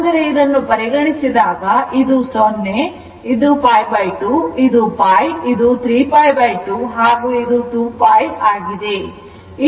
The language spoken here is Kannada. ಅಂದರೆ ಇದನ್ನು ಪರಿಗಣಿಸಿದಾಗ ಇದು 0 ಇದು π2 ಇದು π ಇದು 3π2 ಹಾಗೂ ಇದು 2π